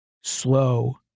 slow